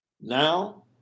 now